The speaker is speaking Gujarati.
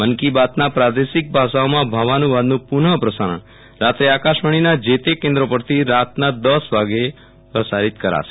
મન કી બાતના પ્રાદેશિક ભાષાઓમાં ભાવાનુ વાદનું પુનપ્રસારણ આજે રાત્રે આકાશવાણીના જે તે કેન્દ્રો પરથી રાતના દસ વાગે કરાશે